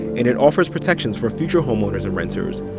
and it offers protections for future homeowners and renters,